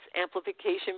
Amplification